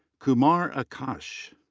kumar akash.